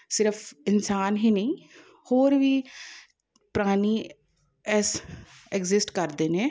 ਸਿਰਫ਼ ਇਨਸਾਨ ਹੀ ਨਹੀਂ ਹੋਰ ਵੀ ਪ੍ਰਾਣੀ ਇਸ ਐਗਜਿਸਟ ਕਰਦੇ ਨੇ